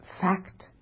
fact